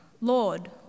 Lord